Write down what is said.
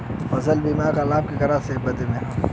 फसल बीमा क लाभ केकरे बदे ह?